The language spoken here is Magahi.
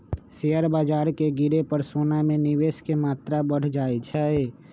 शेयर बाजार के गिरे पर सोना में निवेश के मत्रा बढ़ जाइ छइ